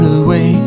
away